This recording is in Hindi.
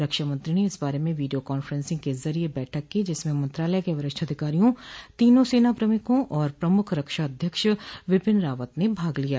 रक्षामंत्री ने इस बारे में वीडियो कॉन्फ्रेंस के जरिए बैठक की जिसमें मंत्रालय के वरिष्ठ अधिकारियों तीनों सेना प्रमुखों और प्रमुख रक्षा अध्यक्ष बिपिन रावत ने भाग लिया